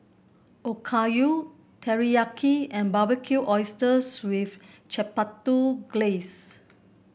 Okayu Teriyaki and Barbecued Oysters with Chipotle Glaze